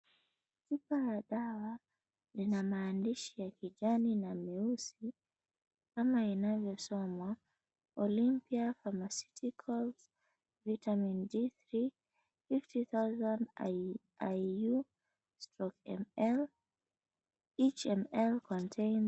Chupa ya dawa ina maandishi ya kijani na meusi, kama inavyosomwa, "Olympia Pharmaceuticals Vitamin D3, 50,000 iu/ml each ml contains"